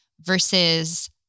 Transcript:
versus